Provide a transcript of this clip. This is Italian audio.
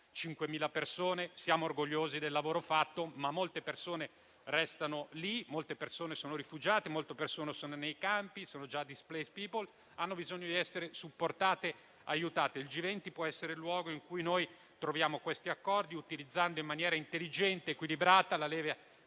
5.000 persone, siamo orgogliosi del lavoro fatto, ma molte persone restano lì, molte persone sono rifugiate, sono nei campi, sono già *displaced people,* hanno bisogno di essere supportate e aiutate. Il G20 può essere il luogo in cui noi troviamo questi accordi, utilizzando in maniera intelligente ed equilibrata la leva degli